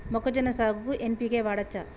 మొక్కజొన్న సాగుకు ఎన్.పి.కే వాడచ్చా?